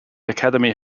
academy